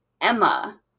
Emma